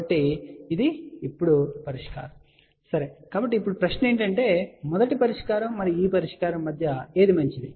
కాబట్టి ఇది ఇప్పుడు పరిష్కారం సరే కాబట్టి ఇప్పుడు ప్రశ్న ఏమిటంటే మొదటి పరిష్కారం మరియు ఈ పరిష్కారం మధ్య ఏది మంచిది